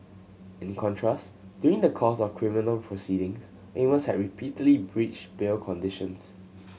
in contrast during the course of criminal proceedings Amos had repeatedly breached bail conditions